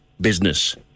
business